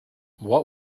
what